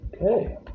Okay